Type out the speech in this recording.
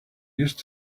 used